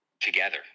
together